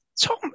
Tom